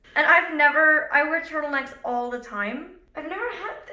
and i've never, i wear turtlenecks all the time. i've never had